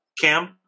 Cam